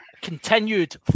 continued